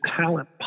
talent